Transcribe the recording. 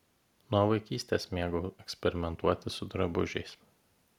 nuo vaikystės mėgau eksperimentuoti su drabužiais